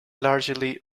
largely